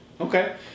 okay